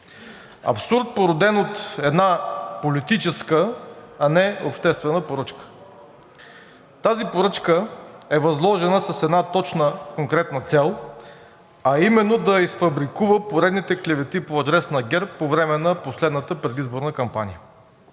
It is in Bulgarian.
абсурд, породен от една политическа, а не обществена поръчка. Тази поръчка е възложена с една точна и конкретна цел, а именно да изфабрикува поредните клевети по адрес на ГЕРБ по време на последната предизборна кампания.